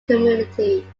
community